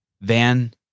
Van